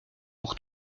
pour